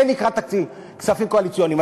זה נקרא תקציב כספים קואליציוניים,